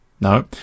No